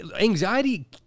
anxiety